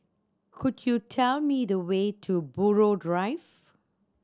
could you tell me the way to Buroh Drive